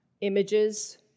images